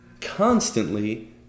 constantly